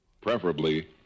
preferably